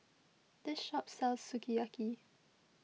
this shop sells Sukiyaki